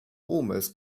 almost